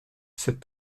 cette